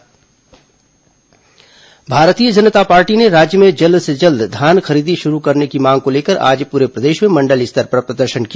भाजपा प्रदर्शन भारतीय जनता पार्टी ने राज्य में जल्द से जल्द धान खरीदी शुरू करने की मांग को लेकर आज पूरे प्रदेश में मंडल स्तर पर प्रदर्शन किया